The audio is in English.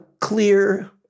clear